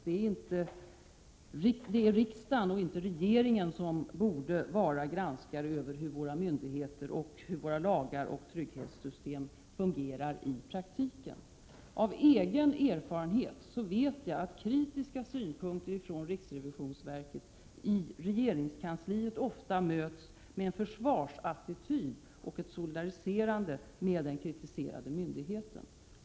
Det är riksda gen, inte regeringen, som borde vara granskare av hur våra myndigheter, lagar och trygghetssystem fungerar i praktiken. Av egen erfarenhet vet jag att kritiska synpunkter från riksrevisionsverket i regeringskansliet ofta möts med en försvarsattityd och ett solidariserande med den kritiserade myndigheten.